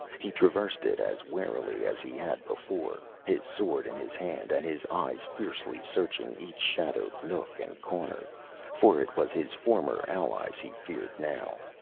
he traversed it as warily as he had before, his sword in his hand, and his eyes fiercely searching each shadowed nook and corner for it was his former allies he feared now,